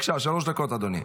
בבקשה, שלוש דקות, אדוני.